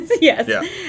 Yes